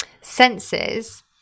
senses